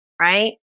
right